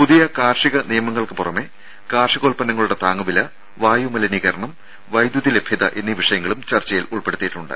പുതിയ കാർഷിക നിയമങ്ങൾക്ക് പുറമെ കാർഷികോത്പന്നങ്ങളുടെ താങ്ങുവില വായു മലിനീകരണം വൈദ്യുതി ലഭ്യത എന്നീ വിഷയങ്ങളും ചർച്ചയിൽ ഉൾപ്പെടുത്തിയിട്ടുണ്ട്